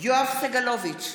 יואב סגלוביץ'